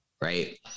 right